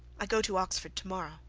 i go to oxford tomorrow.